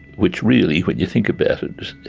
which really when you think about it